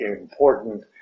important